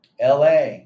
LA